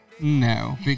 No